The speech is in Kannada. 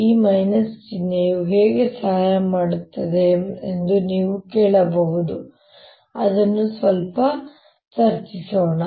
ಈ ಚಿಹ್ನೆಯು ಹೇಗೆ ಸಹಾಯ ಮಾಡುತ್ತದೆ ಎಂದು ನೀವು ಕೇಳಬಹುದು ಮತ್ತು ಅದನ್ನು ಸ್ವಲ್ಪ ಚರ್ಚಿಸೋಣ